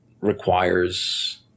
requires